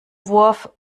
wurf